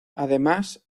además